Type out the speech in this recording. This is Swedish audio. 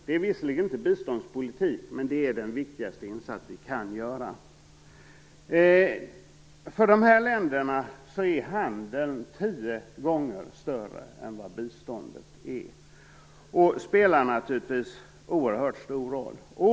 Det är visserligen inte biståndspolitik, men det är den viktigaste insats vi kan göra. För dessa länder är handeln tio gånger större än biståndet och spelar naturligtvis oerhört stor roll.